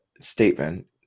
statement